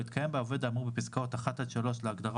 התקיים בעובד האמור בפסקאות (1) עד (3) להגדרה